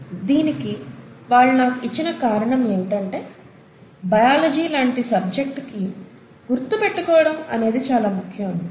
దీనికి వాళ్ళు నాకు ఇచ్చిన కారణం ఏమిటంటే బయాలజీ లాంటి సబ్జెక్టుకి గుర్తుపెట్టుకోవడం అనేది చాలా ముఖ్యం అని